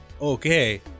Okay